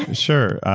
sure.